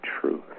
truth